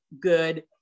good